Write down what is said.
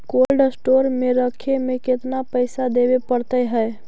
Cold store में रखे में केतना पैसा देवे पड़तै है?